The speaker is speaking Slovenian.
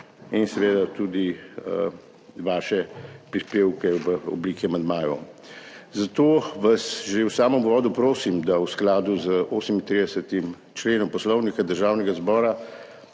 in tudi vaše prispevke v obliki amandmajev. Zato vas že v samem uvodu prosim, da v skladu z 38. členom Poslovnika Državnega zbora